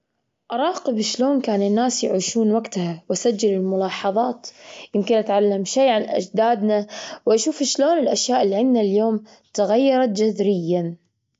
أراقب شلون كان الناس يعيشون وقتها، وأسجل الملاحظات، يمكن أتعلم شي عن أجدادنا، وأشوف شلون الأشياء اللي عنا اليوم تغيرت جذريًا.